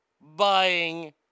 buying